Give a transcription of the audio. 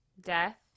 death